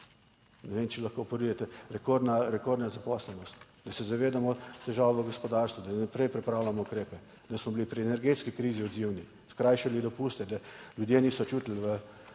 rekordna, rekordna zaposlenost, da se zavedamo težav v gospodarstvu, da naprej pripravljamo ukrepe, da smo bili pri energetski krizi odzivni, skrajšali dopuste, da ljudje niso čutili